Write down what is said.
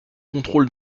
contrôle